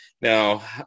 Now